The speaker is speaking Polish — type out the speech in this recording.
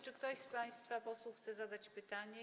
Czy ktoś z państwa posłów chce zadać pytanie?